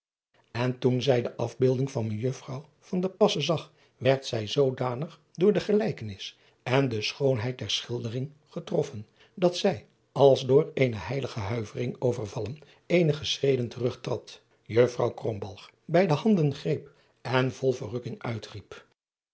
en toen zij de af driaan oosjes zn et leven van illegonda uisman beelding van ejuffrouw zag werd zij zoodanig door de gelijkenis en de schoonheid der schildering getroffen dat zij als door eene heilige huivering overvallen eenige schreden terugtrad juffrouw bij de handen greep en vol verrukking